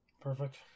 Perfect